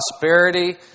prosperity